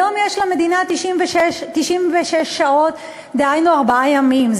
היום יש למדינה 96 שעות, דהיינו ארבעה ימים.